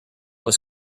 was